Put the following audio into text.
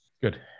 good